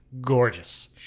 gorgeous